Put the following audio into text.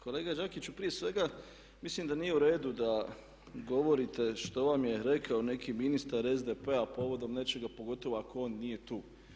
Kolega Đakiću, prije svega mislim da nije u redu da govorite što vam je rekao neki ministar SDP-a povodom nečega, pogotovo ako on nije tu.